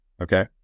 Okay